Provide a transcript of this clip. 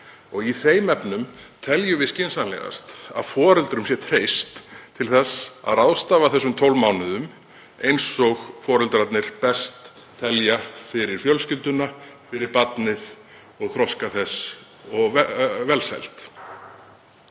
Í þeim efnum teljum við skynsamlegast að foreldrum sé treyst til að ráðstafa þessum 12 mánuðum eins og þeir telja best fyrir fjölskylduna, fyrir barnið og þroska þess og velsæld.